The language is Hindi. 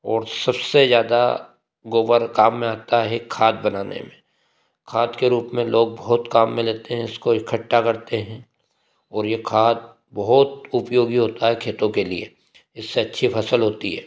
और सबसे ज़्यादा गोबर काम में आता है खाद बनाने में खाद के रूप में लोग बहुत काम में लेते हैं इसको इकट्ठा करते हैं और ये खाद बहुत उपयोगी होता है खेती के लिए इससे अच्छी फसल होती है